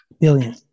billion